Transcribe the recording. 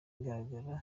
igaragara